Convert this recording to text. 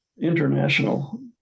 international